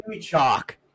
chalk